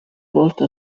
volte